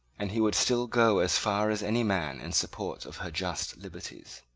and he would still go as far as any man in support of her just liberties.